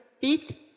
beat